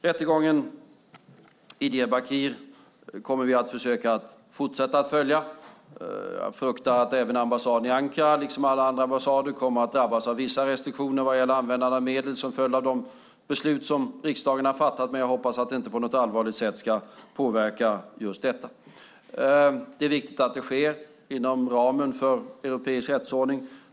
Rättegången i Diyarbakir kommer vi att försöka att fortsätta att följa. Jag fruktar att ambassaden i Ankara liksom alla andra ambassader kommer att drabbas av vissa restriktioner vad gäller användande av medel, som följd av det beslut som riksdagen har fattat. Men jag hoppas att det inte på något allvarligt sätt ska påverka just detta. Det är viktigt att det sker inom ramen för europeisk rättsordning.